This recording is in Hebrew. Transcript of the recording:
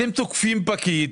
אתם תוקפים פקיד.